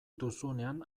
duzunean